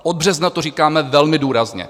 Od března to říkáme velmi důrazně.